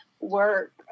work